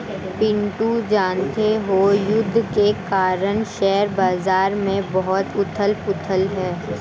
पिंटू जानते हो युद्ध के कारण शेयर बाजार में बहुत उथल पुथल है